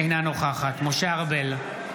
אינה נוכחת משה ארבל,